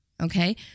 okay